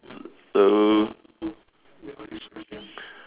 err